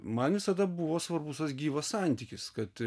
man visada buvo svarbus tas gyvas santykis kad